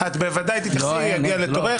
את בוודאי תתייחסי, נגיע לתורך.